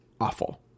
awful